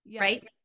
right